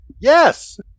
Yes